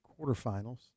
quarterfinals